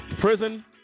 prison